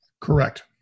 Correct